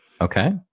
okay